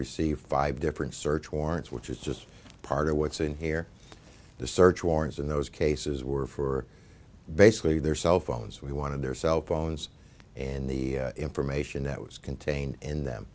received five different search warrants which is just part of what's in here the search warrants in those cases were for basically their cell phones we wanted their cell phones and the information that was contained in them